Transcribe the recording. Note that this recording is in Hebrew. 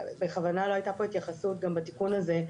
בכוונה לא הייתה פה התייחסות בתיקון הזה,